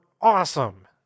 awesome